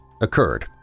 occurred